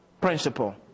principle